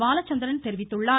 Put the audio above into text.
பாலச்சந்திரன் தெரிவித்துள்ளார்